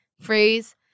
phrase